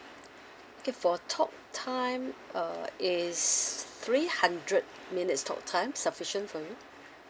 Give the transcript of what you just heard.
okay for talk time uh is three hundred minutes talk time sufficient for you